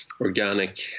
organic